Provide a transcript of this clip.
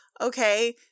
okay